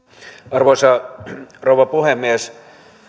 arvoisa rouva puhemies